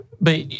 But-